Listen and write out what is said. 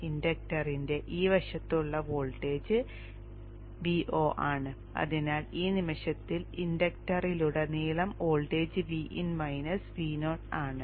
ഇൻഡക്ടറിന്റെ ഈ വശത്തുള്ള voltage Vo ആണ് അതിനാൽ ആ നിമിഷത്തിൽ ഇൻഡക്ടറിലുടനീളം വോൾട്ടേജ് Vin മൈനസ് Vo ആണ്